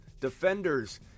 defenders